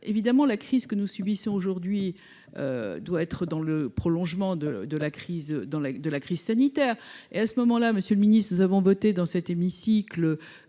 évidemment, la crise que nous subissons aujourd'hui doit être dans le prolongement de de la crise dans l'est de la crise sanitaire et à ce moment là, Monsieur le Ministre, nous avons voté dans cet hémicycle